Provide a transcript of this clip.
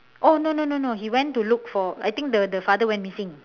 oh no no no no he went to look for I think the the father went missing